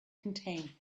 contain